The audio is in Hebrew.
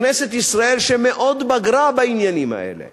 כנסת ישראל מאוד בגרה בעניינים האלה,